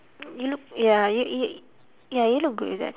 you look ya you you ya you look good with that